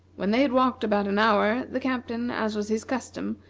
when they had walked about an hour, the captain, as was his custom,